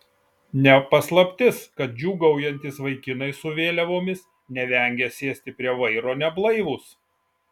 ne paslaptis kad džiūgaujantys vaikinai su vėliavomis nevengia sėsti prie vairo neblaivūs